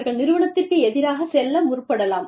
அவர்கள் நிறுவனத்திற்கு எதிராகச் செல்ல முற்படலாம்